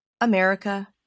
America